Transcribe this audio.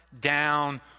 down